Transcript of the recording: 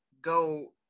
go